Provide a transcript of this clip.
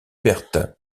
pertes